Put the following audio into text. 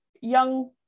young-